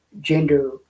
gender